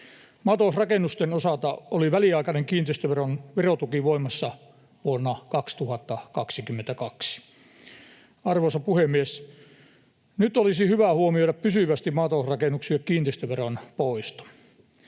Maatalousrakennusten osalta oli väliaikainen kiinteistöveron verotuki voimassa vuonna 2022. Arvoisa puhemies, nyt olisi hyvä huomioida pysyvästi maatalousrakennuksien kiinteistöveron poisto,